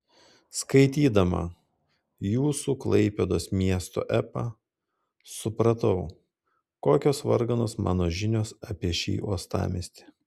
skaitydama jūsų klaipėdos miesto epą supratau kokios varganos mano žinios apie šį uostamiestį